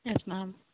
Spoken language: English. yes ma'am